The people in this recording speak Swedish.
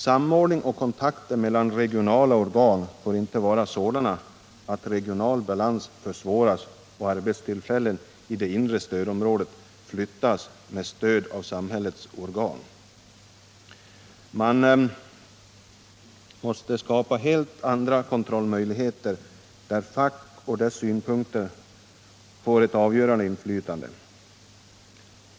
Samordning och kontakter mellan regionala organ får inte vara sådana att regional balans försvåras och arbetstillfällen i det inre stödområdet flyttas med hjälp av samhällets organ. Vi måste skapa helt andra kontrollmöjligheter, där facket och dess synpunkter får ett avgörande inflytande.